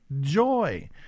joy